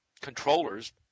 controllers